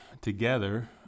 together